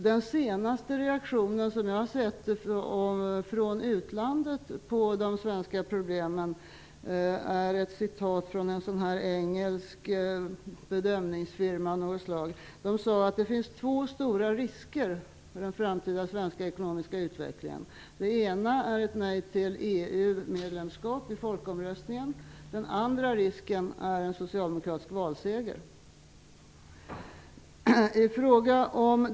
Den senaste reaktionen från utlandet, som jag har tagit del av, angående de svenska problemen kommer från en engelsk bedömningsfirma. Man har sagt att det finns två stora risker för den framtida svenska ekonomiska utvecklingen. Den ena risken är ett nej till EU-medlemskap vid folkomröstningen. Den andra risken är en socialdemokratisk valseger. Fru talman!